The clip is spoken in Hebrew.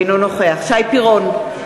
אינו נוכח שי פירון,